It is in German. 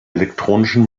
elektronischen